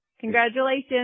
Congratulations